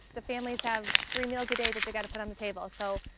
the families have three meals a day that they got to put on the table. so,